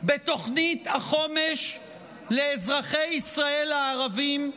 בתוכנית החומש לאזרחי ישראל הערבים,